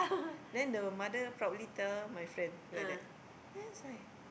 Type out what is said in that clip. then the mother proudly tell my friend like that then I was like